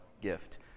gift